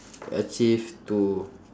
achieve to